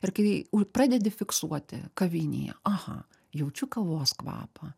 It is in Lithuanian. ir kai pradedi fiksuoti kavinėje aha jaučiu kavos kvapą